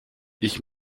ich